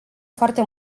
foarte